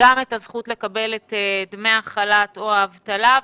גם זכות לקבל את דמי החל"ת או האבטלה.